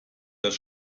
das